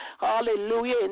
Hallelujah